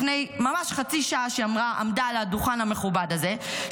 ממש לפני חצי שעה כשהיא עמדה על הדוכן המכובד הזה,